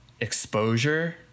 exposure